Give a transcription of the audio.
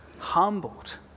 humbled